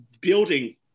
building